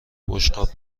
بشقاب